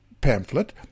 pamphlet